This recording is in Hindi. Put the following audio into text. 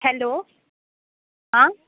हेलो हाँ